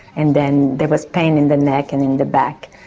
and then there was pain in the neck and in the back.